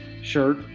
shirt